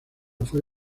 fue